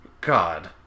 God